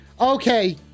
okay